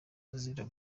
azira